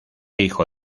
hijo